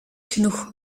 genoeg